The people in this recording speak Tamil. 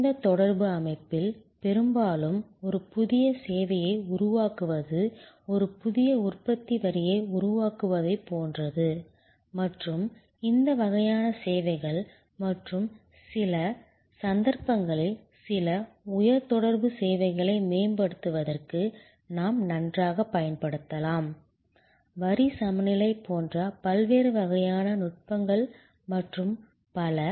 குறைந்த தொடர்பு அமைப்பில் பெரும்பாலும் ஒரு புதிய சேவையை உருவாக்குவது ஒரு புதிய உற்பத்தி வரியை உருவாக்குவதைப் போன்றது மற்றும் இந்த வகையான சேவைகள் மற்றும் சில சந்தர்ப்பங்களில் சில உயர் தொடர்பு சேவைகளை மேம்படுத்துவதற்கு நாம் நன்றாகப் பயன்படுத்தலாம் சேவை வரி சமநிலை போன்ற பல்வேறு வகையான நுட்பங்கள் மற்றும் பல